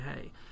Hey